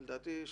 לדעתי,